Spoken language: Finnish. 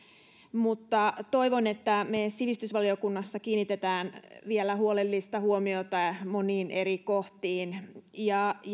mutta toivon että me sivistysvaliokunnassa kiinnitämme vielä huolellista huomiota moniin eri kohtiin